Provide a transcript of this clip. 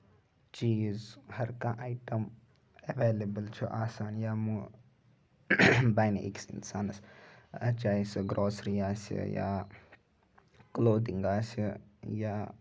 چیٖز ہر کانٛہہ ایٹم ایٚولیبٕل چھُ آسان یا بَنہِ أکِس اِنسانَس اَتھ جایہِ سُہ گروسری آسہِ یا کُلوتھنگ آسہِ یا